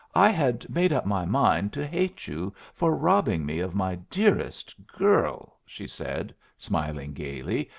i had made up my mind to hate you for robbing me of my dearest girl, she said, smiling gayly,